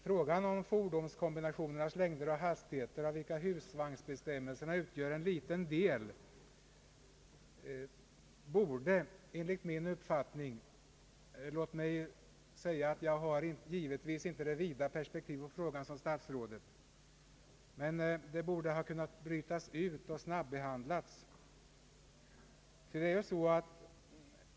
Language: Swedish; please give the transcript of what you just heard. Frågan om fordonskombinationernas längder och hastigheter, där husvagnsbestämmelserna utgör en liten del, borde enligt min uppfattning — jag har givetvis inte det vida perspektiv på frågan som statsrådet har — ha kunnat brytas ut och snabbehandlas.